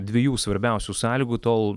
dviejų svarbiausių sąlygų tol